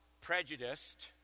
prejudiced